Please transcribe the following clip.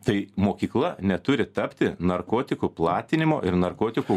tai mokykla neturi tapti narkotikų platinimo ir narkotikų